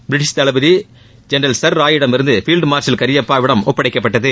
British தளபதி general sir ராயிடமிருந்து field master கரியப்பாவிடம் ஒப்படைக்கப்பட்டது